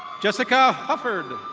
jessia like ah hufford.